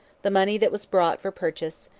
the money that was brought for purchase,